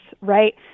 right